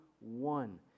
one